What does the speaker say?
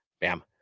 bam